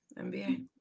NBA